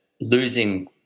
losing